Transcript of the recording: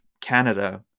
Canada